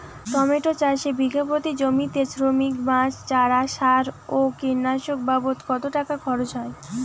Tomato চাষে বিঘা প্রতি জমিতে শ্রমিক, বাঁশ, চারা, সার ও কীটনাশক বাবদ কত টাকা খরচ হয়?